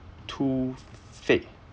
too f~ fake